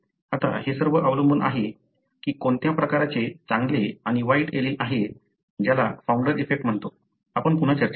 आता हे सर्व अवलंबून आहे की कोणत्या प्रकारचे चांगले आणि वाईट एलील आहे ज्याला फाऊंडर इफेक्ट म्हणतो आपण पुन्हा चर्चा करू